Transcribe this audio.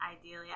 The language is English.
ideally